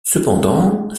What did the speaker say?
cependant